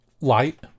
light